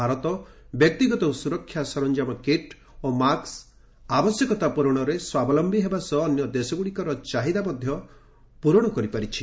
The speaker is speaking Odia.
ଭାରତ ବ୍ୟକ୍ତିଗତ ସୁରକ୍ଷା ସରଞ୍ଜାମ କିଟ୍ ଓ ମାସ୍କ୍ ଆବଶ୍ୟକତା ପ୍ରରଣରେ ସ୍ୱାବଲମ୍ବି ହେବା ସହ ଅନ୍ୟ ଦେଶଗୁଡ଼ିକର ଚାହିଦା ପ୍ରରଣ କରିପାରିଛି